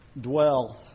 dwell